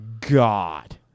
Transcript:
God